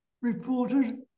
reported